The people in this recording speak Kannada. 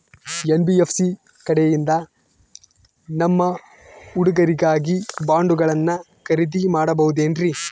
ಎನ್.ಬಿ.ಎಫ್.ಸಿ ಕಡೆಯಿಂದ ನಮ್ಮ ಹುಡುಗರಿಗಾಗಿ ಬಾಂಡುಗಳನ್ನ ಖರೇದಿ ಮಾಡಬಹುದೇನ್ರಿ?